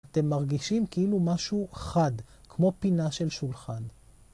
אתם מרגישים כאילו משהו חד, כמו פינה של שולחן.